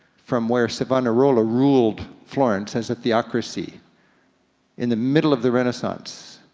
from where savonarola ruled florence as a theocracy in the middle of the renaissance,